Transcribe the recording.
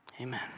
Amen